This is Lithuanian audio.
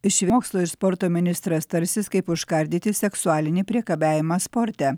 iš mokslo ir sporto ministras tarsis kaip užkardyti seksualinį priekabiavimą sporte